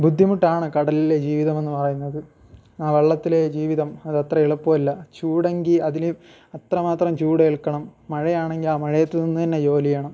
ബുദ്ധിമുട്ടാണ് കടലിലെ ജീവിതമെന്ന് പറയുന്നത് ആ വെള്ളത്തിലെ ജീവിതം അതത്ര എളുപ്പമല്ല ചൂടെങ്കിൽ അതിലും അത്രമാത്രം ചൂടേൽക്കണം മഴയാണങ്കിൽ ആ മഴയത്ത് നിന്ന് തന്നെ ജോലി ചെയ്യണം